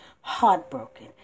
heartbroken